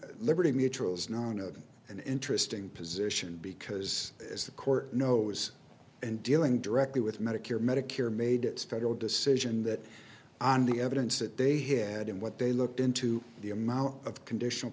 when liberty mutual is known of an interesting position because as the court knows and dealing directly with medicare medicare made its federal decision that on the evidence that they had in what they looked into the amount of conditional